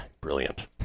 brilliant